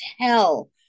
tell